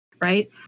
right